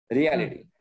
reality